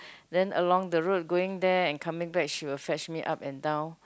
then along the road going there and coming back she will fetch me up and down